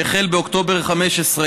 שהחל באוקטובר 2015,